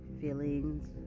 feelings